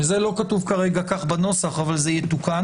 וזה לא כתוב כרגע כך בנוסח אבל זה יתוקן,